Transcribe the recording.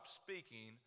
speaking